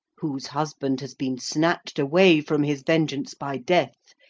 whose husband has been snatched away from his vengeance by death,